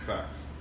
Facts